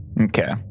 Okay